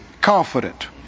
confident